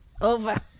over